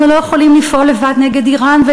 אנחנו לא יכולים לפעול לבד נגד איראן,